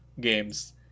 games